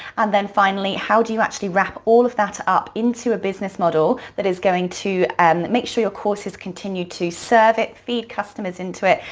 and then finally how do you actually wrap all of that up into a business model that is going to and make sure your courses continue to serve it, feed customers into it,